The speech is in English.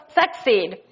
succeed